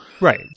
right